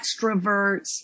extroverts